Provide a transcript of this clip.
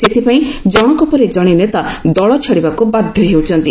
ସେଥିପାଇଁ ଜଣକ ପରେ ଜଣେ ନେତା ଦଳ ଛାଡ଼ିବାକୁ ବାଧ୍ୟ ହେଉଛନ୍ତି